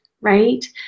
right